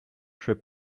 trip